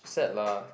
sad lah